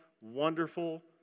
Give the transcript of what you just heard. wonderful